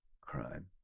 crime